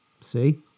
see